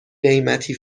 قیمتی